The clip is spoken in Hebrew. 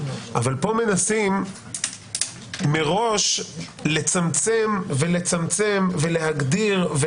אבל פה מנסים מראש לצמצם ולצמצם ולהגדיר,